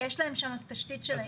יש להם שם תשתית של אינטרנט?